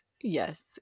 yes